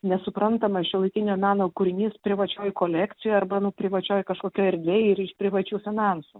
nesuprantamas šiuolaikinio meno kūrinys privačioj kolekcijoj arba nu privačioj kažkokioj erdvėj ir iš privačių finansų